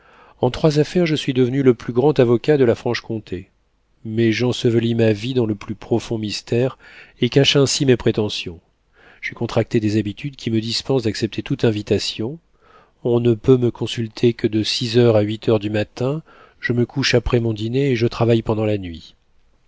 en trois affaires je suis devenu le plus grand avocat de la franche-comté mais j'ensevelis ma vie dans le plus profond mystère et cache ainsi mes prétentions j'ai contracté des habitudes qui me dispensent d'accepter toute invitation on ne peut me consulter que de six heures à huit heures du matin je me couche après mon dîner et je travaille pendant la nuit